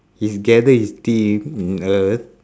he gather his team